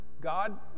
God